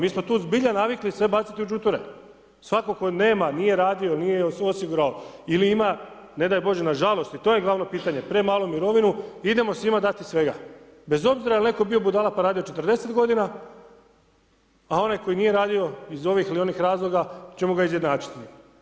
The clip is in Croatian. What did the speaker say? Mi smo tu zbilja navikli sve bacati u ćuture, svatko tko nema, nije radio, nije osigurao, ili ima ne daj bože nažalost, i to je glavno pitanje, premalu mirovinu, idemo svima dati svega, bez obzira jel' netko bio budala pa radio 40 godina, a onaj koji nije radio, iz ovih ili onih razloga, ćemo ga izjednačiti.